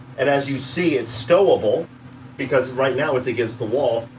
and as you see, it's stowable because right now it's against the wall,